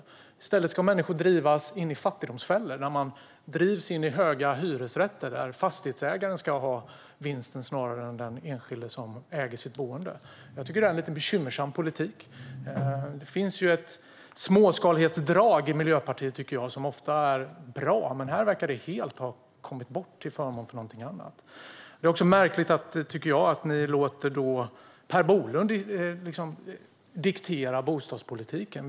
Men i stället ska människor drivas in i fattigdomsfällor och in i dyra hyresrätter där fastighetsägaren - snarare än den enskilde som äger sitt boende - ska ha vinsten. Jag tycker att detta är en bekymmersam politik. Det finns ju ett småskalighetsdrag i Miljöpartiet, tycker jag, som ofta är bra. Här verkar detta dock helt ha kommit bort till förmån för någonting annat. Jag tycker också att det är märkligt att ni låter Per Bolund diktera bostadspolitiken.